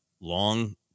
long